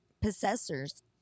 possessors